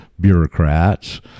bureaucrats